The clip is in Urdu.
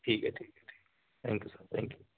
ٹھیک ہے ٹھیک ہے ٹھیک ہے thank you sir thank you